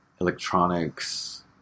electronics